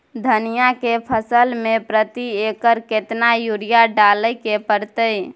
धनिया के फसल मे प्रति एकर केतना यूरिया डालय के परतय?